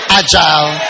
agile